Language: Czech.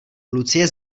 lucie